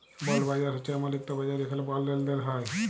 বল্ড বাজার হছে এমল ইকট বাজার যেখালে বল্ড লেলদেল হ্যয়